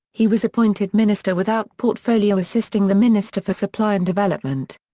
he was appointed minister without portfolio assisting the minister for supply and development.